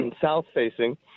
south-facing